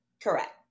Correct